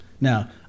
Now